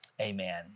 Amen